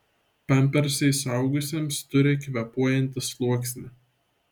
pampersai suaugusiems turi kvėpuojantį sluoksnį